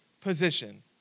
position